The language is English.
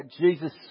Jesus